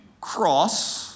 cross